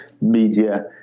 Media